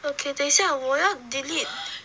okay 等一下我要 delete